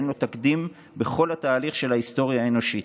שאין לו תקדים בכל התהליך של ההיסטוריה האנושית,